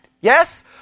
Yes